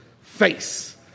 face